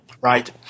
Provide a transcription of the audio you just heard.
Right